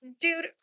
Dude